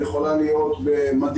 יכולה להיות בהסעה,